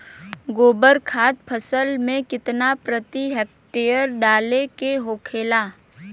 गोबर खाद फसल में कितना प्रति हेक्टेयर डाले के होखेला?